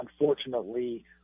unfortunately